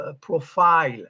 profile